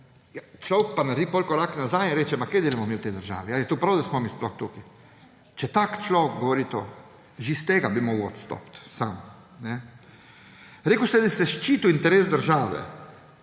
človek pa naredi potem korak nazaj in reče – ma, kaj delamo mi v tej državi, a je to prav, da smo mi sploh tukaj, če tak človek govori to. Že iz tega bi moral odstopiti sam. Rekli ste, da ste ščitili interes države.